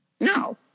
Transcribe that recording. No